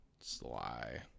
sly